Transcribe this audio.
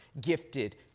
gifted